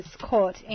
court